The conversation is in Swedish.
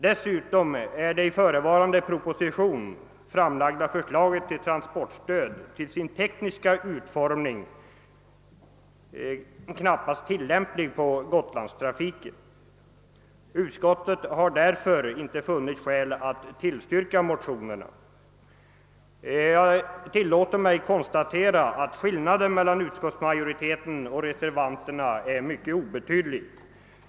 Dessutom är det i förevarande proposition framlagda förslaget till transportstöd på grund av sin tekniska utformning knappast tillämpligt på Gotlandstrafiken. Utskottet har fördenskull inte funnit skäl att tillstyrka motionerna. Jag tillåter mig konstatera att skillnaden mellan utskottsmajoritetens och reservanternas uppfattning är mycket obetydlig.